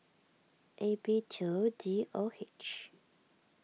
A B two D O H